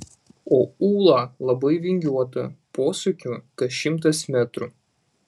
o ūla labai vingiuota posūkių kas šimtas metrų